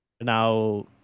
Now